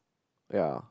ya